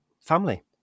family